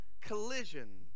collision